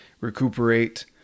recuperate